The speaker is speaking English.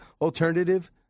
alternative